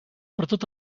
pertot